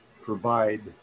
provide